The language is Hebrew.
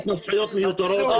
התנסחויות מיותרות.